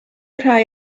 rhai